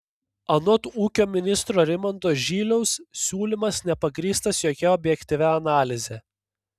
anot ūkio ministro rimanto žyliaus siūlymas nepagrįstas jokia objektyvia analize